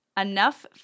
Enough